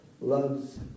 loves